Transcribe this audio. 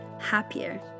happier